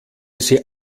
sie